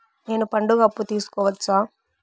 నేను పండుగ అప్పు తీసుకోవచ్చా?